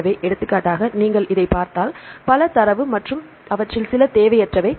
எனவே எடுத்துக்காட்டாக நீங்கள் இதைப் பார்த்தால் பல தரவு மற்றும் அவற்றில் சில தேவையற்றவை